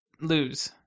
lose